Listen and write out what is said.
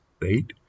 right